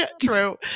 true